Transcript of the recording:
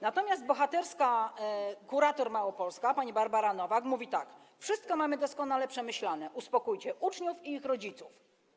Natomiast bohaterska kurator małopolska pani Barbara Nowak mówi tak: wszystko mamy doskonale przemyślane, uspokójcie uczniów i ich rodziców.